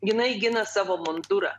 jinai gina savo mundurą